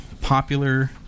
popular